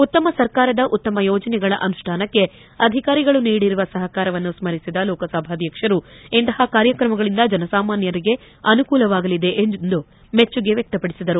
ಉತ್ತಮ ಸರ್ಕಾರದ ಉತ್ತಮ ಯೋಜನೆಗಳ ಅನುಷ್ಠಾನಕ್ಕೆ ಅಧಿಕಾರಿಗಳು ನೀಡಿರುವ ಸಹಕಾರವನ್ನು ಸ್ಕರಿಸಿದ ಲೋಕಸಭಾಧ್ಯಕ್ಷರು ಇಂತಹ ಕಾರ್ಯಕ್ರಮಗಳಿಂದ ಜನಸಾಮಾನ್ಲರಿಗೆ ಅನುಕೂಲವಾಗಲಿದೆ ಎಂದು ಮೆಚ್ಚುಗೆ ವ್ಲಕ್ತಪಡಿಸಿದರು